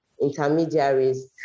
intermediaries